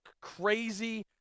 crazy